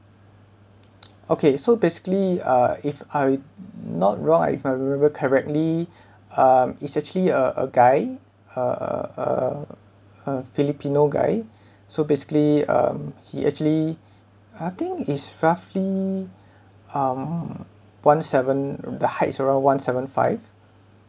okay so basically uh if I not wrong uh if I remember correctly um it's actually a a guy uh a filipino guy so basically um he actually I think is roughly um one seven the height is around one seven five